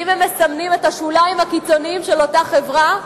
ואם הם מסמנים את השוליים הקיצוניים של אותה חברה,